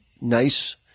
nice